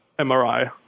MRI